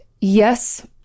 Yes